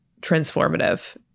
transformative